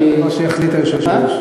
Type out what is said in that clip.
מה שיחליט היושב-ראש.